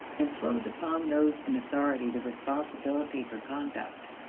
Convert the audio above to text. and throws upon those in authority the responsibility for conduct.